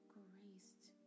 graced